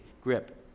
grip